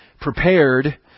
prepared